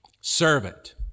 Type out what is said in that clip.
Servant